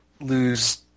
lose